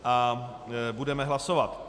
A budeme hlasovat.